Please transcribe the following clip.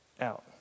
out